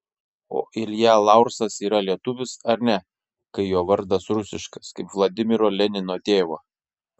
o ilja laursas yra lietuvis ar ne kai jo vardas rusiškas kaip vladimiro lenino tėvo